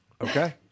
Okay